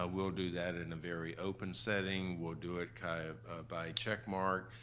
ah we'll do that in a very open setting, we'll do it kind of by checkmark,